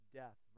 death